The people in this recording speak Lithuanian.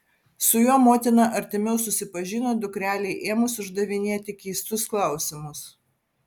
su juo motina artimiau susipažino dukrelei ėmus uždavinėti keistus klausimus